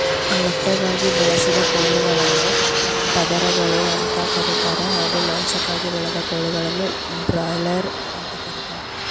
ಮೊಟ್ಟೆಗಾಗಿ ಬೆಳೆಸಿದ ಕೋಳಿಗಳನ್ನು ಪದರಗಳು ಅಂತ ಕರೀತಾರೆ ಹಾಗೂ ಮಾಂಸಕ್ಕಾಗಿ ಬೆಳೆದ ಕೋಳಿಗಳನ್ನು ಬ್ರಾಯ್ಲರ್ ಅಂತ ಕರೀತಾರೆ